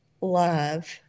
love